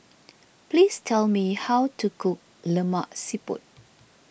please tell me how to cook Lemak Siput